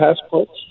passports